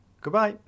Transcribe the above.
Goodbye